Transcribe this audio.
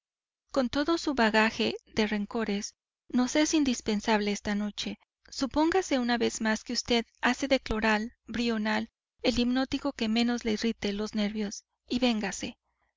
con todo su bagaje de rencores nos es indispensable esta noche supóngase una vez más que vd hace de cloral brional el hipnótico que menos le irrite los nervios y véngase